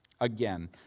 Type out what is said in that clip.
Again